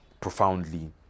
profoundly